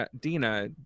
Dina